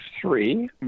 three